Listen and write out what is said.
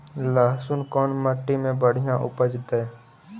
लहसुन कोन मट्टी मे बढ़िया उपजतै?